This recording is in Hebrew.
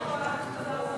ההצעה להעביר את הצעת חוק